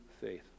faith